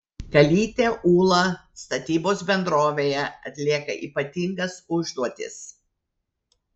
kalytė ūla statybos bendrovėje atlieka ypatingas užduotis